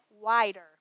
wider